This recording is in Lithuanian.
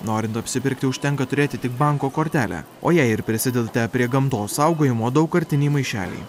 norint apsipirkti užtenka turėti tik banko kortelę o jei ir prisidedate prie gamtos saugojimo daugkartinį maišelį